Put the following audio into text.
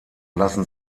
lassen